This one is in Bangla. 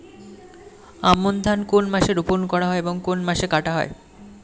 আমন ধান কোন মাসে রোপণ করা হয় এবং কোন মাসে কাটা হয়?